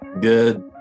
Good